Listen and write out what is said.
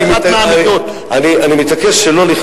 אני מתעקש.